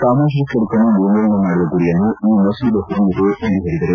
ಸಾಮಾಜಿಕ ಕೆಡುಕನ್ನು ನಿರ್ಮೂಲನೆ ಮಾಡುವ ಗುರಿಯನ್ನು ಈ ಮಸೂದೆ ಹೊಂದಿದೆ ಎಂದು ಹೇಳದರು